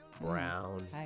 Brown